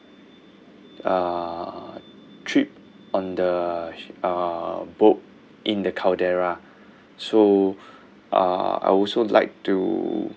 uh trip on the uh boat in the caldera so uh I also like to